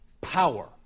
Power